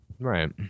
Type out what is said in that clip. Right